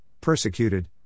persecuted